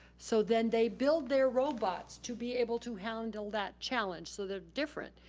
so then they build their robots to be able to handle that challenge, so they're different.